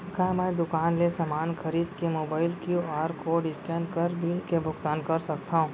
का मैं दुकान ले समान खरीद के मोबाइल क्यू.आर कोड स्कैन कर बिल के भुगतान कर सकथव?